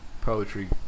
poetry